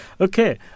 Okay